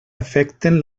afecten